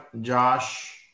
Josh